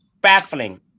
baffling